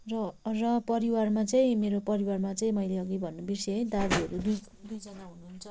र र परिवारमा चाहिँ मेरो परिवारमा चाहिँ मैले अघि भन्नु बिर्सिएँ दाजुहरू दुई दुईजना हुनुहुन्छ